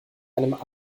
einem